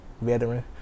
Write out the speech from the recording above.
veteran